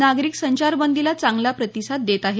नागरिक संचारबंदीला चांगला प्रतिसाद देत आहेत